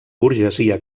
burgesia